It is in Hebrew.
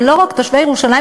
זה לא רק תושבי ירושלים,